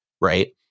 right